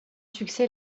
succès